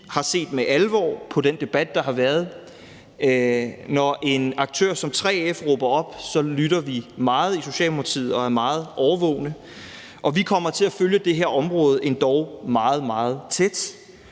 har set med alvor på den debat, der har været. Når en aktør som 3F råber op, lytter vi meget i Socialdemokratiet og er meget årvågne, og vi kommer til at følge det her område endog meget, meget tæt.